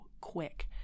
quick